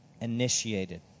initiated